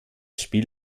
spiel